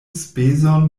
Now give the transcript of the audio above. speson